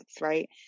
right